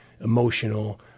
emotional